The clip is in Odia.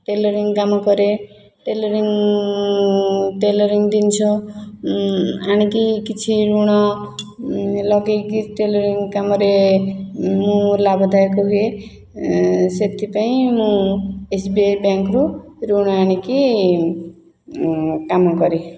ଟେଲରିଂ କାମ କରେ ଟେଲରିଂ ଟେଲରିଂ ଜିନିଷ ଆଣିକି କିଛି ଋଣ ଲଗେଇକି ଟେଲରିଂ କାମରେ ମୁଁ ଲାଭ ଦାୟକ ହୁଏ ସେଥିପାଇଁ ମୁଁ ଏସ୍ ବି ଆଇ ବ୍ୟାଙ୍କରୁ ଋଣ ଆଣିକି କାମକରେ